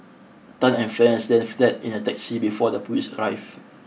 Tan and friends then fled in a taxi before the police arrived